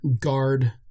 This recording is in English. guard